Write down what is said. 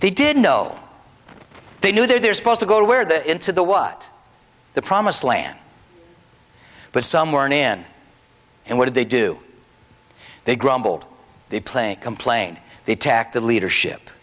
they didn't know they knew they're supposed to go to where the into the what the promised land but somewhere in in and what do they do they grumbled they playing complain they attack the leadership